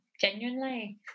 genuinely